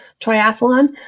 triathlon